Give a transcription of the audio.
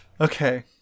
Okay